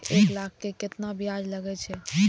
एक लाख के केतना ब्याज लगे छै?